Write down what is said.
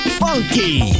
funky